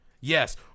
Yes